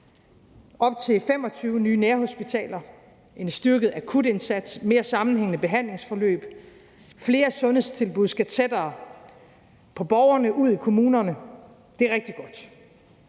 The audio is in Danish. op til 25 nye nærhospitaler, en styrket akutindsats, mere sammenhængende behandlingsforløb, at flere sundhedstilbud skal tættere på borgerne, ud i kommunerne. Det er rigtig godt.